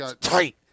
Tight